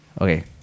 Okay